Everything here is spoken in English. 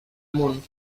moon